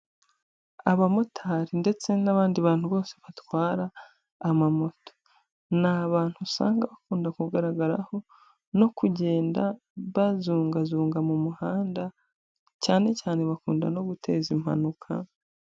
Abamotari ndetse n'abandi bantu bose batwara amamoto, ni abantu usanga bakunda kugaragaraho no kugenda bazongazonga mu muhanda, cyane cyane bakunda no guteza impanuka.